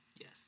Yes